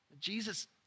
Jesus